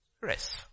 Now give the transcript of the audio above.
rest